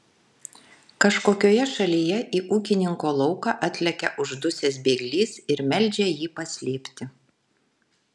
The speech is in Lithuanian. kažkokioje šalyje į ūkininko lauką atlekia uždusęs bėglys ir meldžia jį paslėpti